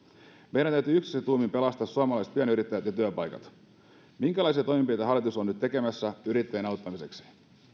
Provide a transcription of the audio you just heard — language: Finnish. meidän täytyy yksissä tuumin pelastaa suomalaiset pienyrittäjät ja työpaikat minkälaisia toimenpiteitä hallitus on nyt tekemässä yrittäjien auttamiseksi